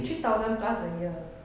three thousand plus a year